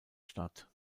statt